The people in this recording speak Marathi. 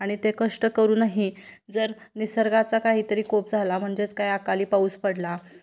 आणि ते कष्ट करूनही जर निसर्गाचा काहीतरी कोप झाला म्हणजेच काय अकाली पाऊस पडला